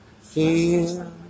feel